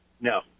No